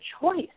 choice